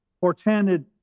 portended